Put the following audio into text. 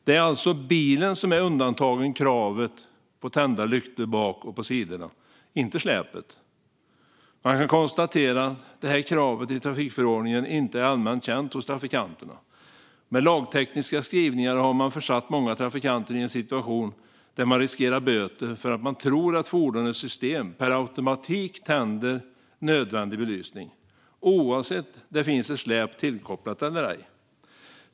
Det är alltså bilen som är undantagen kravet på tända lyktor bak och på sidorna, inte släpet! Man kan konstatera att det här kravet i trafikförordningen inte är allmänt känt hos trafikanterna. Med lagtekniska skrivningar har man försatt många trafikanter i en situation där de riskerar böter för att de tror att fordonens system per automatik tänder nödvändig belysning, oavsett om det finns ett släp tillkopplat eller ej.